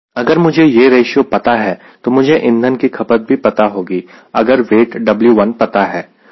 अगर मुझे यह रेशियो पता है तो मुझे इंधन की खपत भी पता होगी अगर वेट W1 पता है